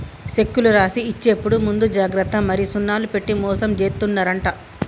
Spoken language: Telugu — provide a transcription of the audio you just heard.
సెక్కులు రాసి ఇచ్చేప్పుడు ముందు జాగ్రత్త మరి సున్నాలు పెట్టి మోసం జేత్తున్నరంట